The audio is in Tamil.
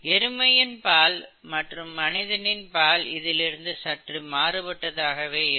எருமையின் பால் மற்றும் மனிதனின் பால் இதிலிருந்து சற்று மாறுபட்டதாகவே இருக்கும்